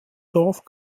dorf